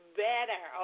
better